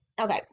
okay